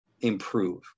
improve